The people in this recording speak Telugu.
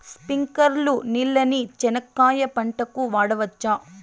స్ప్రింక్లర్లు నీళ్ళని చెనక్కాయ పంట కు వాడవచ్చా?